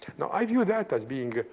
now, i view that has being,